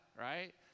right